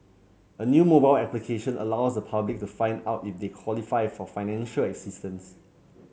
a new mobile application allows the public to find out if they qualify for financial assistance